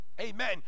amen